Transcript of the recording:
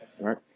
right